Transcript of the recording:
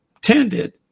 tended